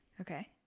Okay